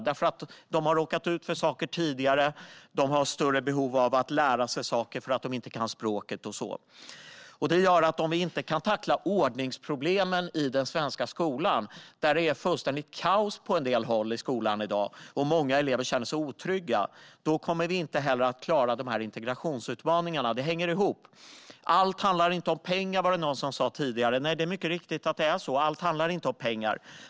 De har råkat ut för saker tidigare, och de har större behov av att lära sig saker för att de inte kan språket och så vidare. Om vi inte kan tackla ordningsproblemen i den svenska skolan, där det är fullständigt kaos på en del håll i dag och där många elever känner sig otrygga, kommer vi inte att klara integrationsutmaningarna. Det hänger ihop. Allt handlar inte om pengar, sa någon tidigare. Det är mycket riktigt - allt handlar inte om pengar.